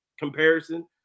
comparison